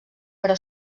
però